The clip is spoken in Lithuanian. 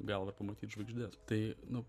galvą ir pamatyt žvaigždes tai nu